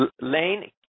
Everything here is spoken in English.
Lane